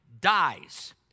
dies